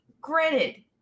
Granted